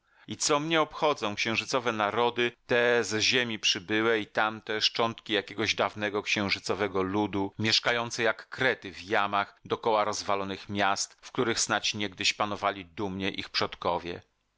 i co mnie obchodzą księżycowe narody te z ziemi przybyłe i tamte szczątki jakiegoś dawnego księżycowego ludu mieszkające jak krety w jamach dokoła rozwalonych miast w których snadź niegdyś panowali dumnie ich przodkowie